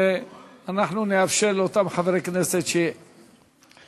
ואנחנו נאפשר, לאותם חברי כנסת שירצו,